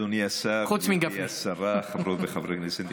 אדוני השר, גברתי השרה, חברות וחברי כנסת נכבדים.